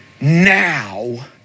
now